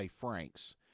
Franks